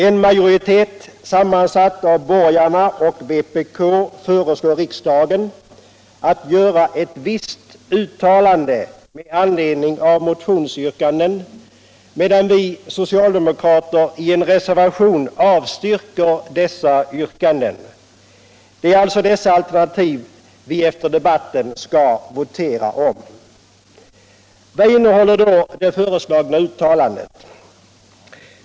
En majoritet sammansatt av borgarna och vpk föreslår riksdagen att göra ett visst uttalande med anledning av motionsyrkanden, medan vi socialdemokrater i en reservation avstyrker dessa yrkanden. Det är alltså de alternativen vi efter debatten skall votera om. Vad innehåller då det föreslagna uttalandet?